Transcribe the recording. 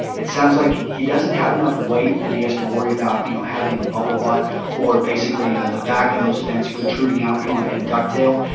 it sounds like he doesn't have enough weight that he has to worry about you know having a bubble butt of basically the back of those vents protruding out, kind of like a duck tail.